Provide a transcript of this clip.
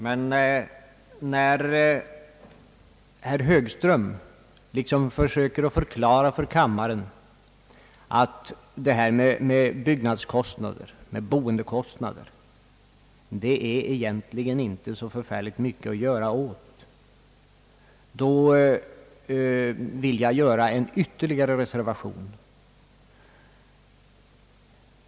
Men när herr Högström försöker förklara för kammaren att frågorna om byggnadskostnader och boendekostnader egentligen inte är något som man kan göra så mycket åt, vill jag göra ytterligare en reservation.